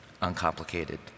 uncomplicated